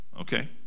Okay